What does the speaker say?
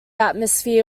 atmosphere